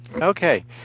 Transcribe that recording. Okay